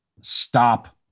stop